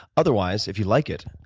otherwise if you like it,